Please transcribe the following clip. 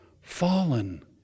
fallen